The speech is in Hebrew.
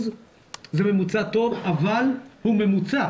זה ממוצע טוב אבל הוא ממוצע.